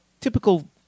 typical